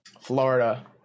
Florida